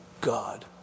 God